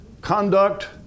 conduct